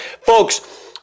Folks